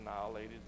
annihilated